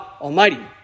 Almighty